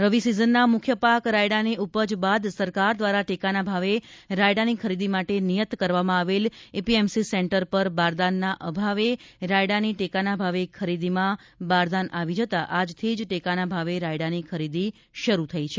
રવિ સિઝનના મુખ્ય પાક રાયડા ની ઉપજ બાદ સરકાર દ્વારા ટેકા ના ભાવે રાયડા ની ખરીદી માટે નિયત કરવામાં આવેલ એપીએમસી સેન્ટર પર બારદાન ના અભાવે રાયડા ની ટેકાના ભાવે ખરીદીમાં બારદાન આવી જતા આજથીજ ટેકા ના ભાવે રાયડા ની ખરીદી શરૂ થઈ છે